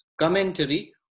commentary